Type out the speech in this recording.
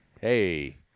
Hey